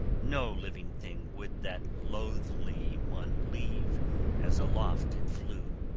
no living thing would that loathly one leave as aloft it flew.